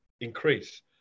increase